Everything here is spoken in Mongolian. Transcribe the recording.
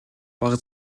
бага